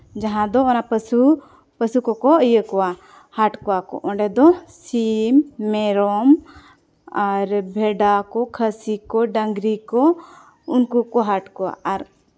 ᱡᱟᱦᱟᱸ ᱫᱚ ᱯᱟᱹᱥᱩ ᱯᱚᱥᱩ ᱠᱚᱠᱚ ᱤᱭᱟᱹ ᱠᱚᱣᱟ ᱦᱟᱴ ᱠᱚᱣᱟ ᱠᱚ ᱚᱸᱰᱮ ᱫᱚ ᱥᱤᱢ ᱢᱮᱨᱚᱢ ᱟᱨ ᱵᱷᱮᱰᱟ ᱠᱚ ᱠᱷᱟᱹᱥᱤ ᱠᱚ ᱰᱟᱝᱨᱤ ᱠᱚ ᱩᱱᱠᱩ ᱠᱚ ᱦᱟᱴ ᱠᱚᱣᱟ ᱟᱨ